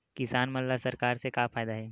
किसान मन ला सरकार से का फ़ायदा हे?